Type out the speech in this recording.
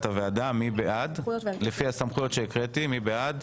הצעת הוועדה, לפי הסמכויות שהקראתי, מי בעד?